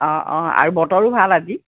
অঁ অঁ আৰু বতৰো ভাল আজি